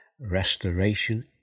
restoration